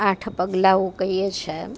આઠ પગલાઓ કહીએ છે એમ